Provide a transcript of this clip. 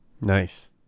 nice